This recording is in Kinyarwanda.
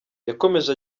yakomeje